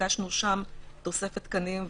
ביקשנו שם תוספת תקנים,